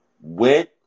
Went